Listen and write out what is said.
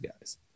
guys